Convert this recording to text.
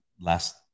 last